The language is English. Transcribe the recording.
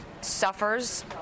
suffers